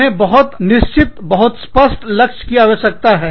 उन्हें बहुत निश्चित बहुत स्पष्ट लक्ष्य की आवश्यकता है